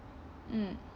mm